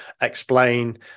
explain